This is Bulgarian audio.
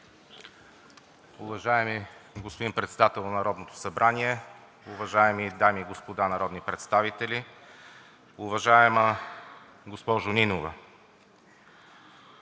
Уважаеми господин Председател на Народното събрание, уважаеми дами и господа народни представители! Уважаема госпожо Нинова,